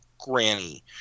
Granny